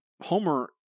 Homer